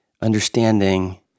understanding